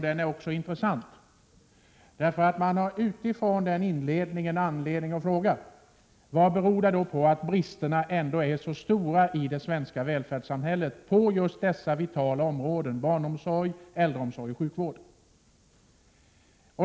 Den är intressant också därför att man utifrån den inledningen har anledning att fråga: Vad beror det då på att bristerna ändå är så stora i det svenska välfärdssamhället på just dessa vitala områden — barnomsorgen, äldreomsorgen och sjukvården?